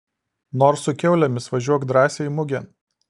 nors su kiaulėmis važiuok drąsiai mugėn